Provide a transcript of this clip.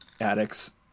addicts